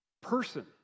person